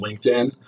LinkedIn